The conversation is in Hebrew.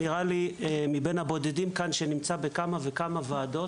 אני נמצא בכמה וכמה ועדות,